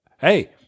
hey